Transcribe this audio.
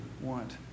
want